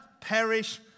perish